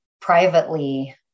privately